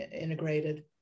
integrated